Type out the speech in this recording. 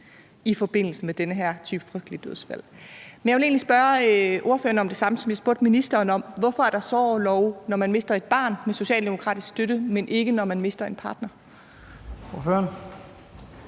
i forbindelse med den her type frygtelige dødsfald. Men jeg vil egentlig spørge ordføreren om det samme, som jeg spurgte ministeren om: Hvorfor er der sorgorlov med socialdemokratisk støtte, når man mister et barn, men